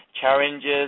challenges